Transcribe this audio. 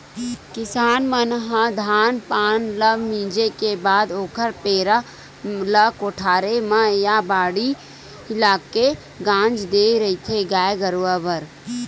किसान मन ह धान पान ल मिंजे के बाद ओखर पेरा ल कोठारे म या बाड़ी लाके के गांज देय रहिथे गाय गरुवा बर